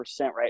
right